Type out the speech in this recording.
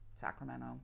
Sacramento